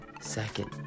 second